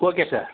okay sir